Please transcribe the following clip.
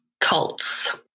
cults